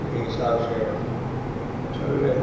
यह हिसाब से चल रहे थे